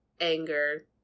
anger